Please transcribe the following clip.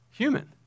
human